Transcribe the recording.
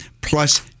plus